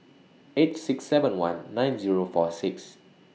eight six seven one nine Zero four six